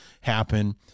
happen